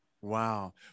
Wow